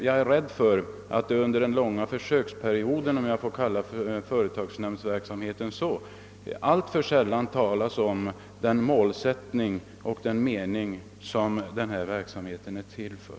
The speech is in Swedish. Jag är rädd för att det under den långa försöksperiod — om jag får kalla företagsnämndsverksamheten så — alltför sällan talas om den målsättning och den mening som denna verksamhet skall ha.